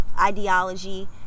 ideology